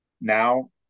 now